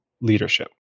leadership